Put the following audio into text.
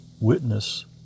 Witness